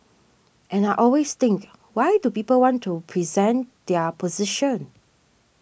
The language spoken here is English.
and I always think why do people want to present their position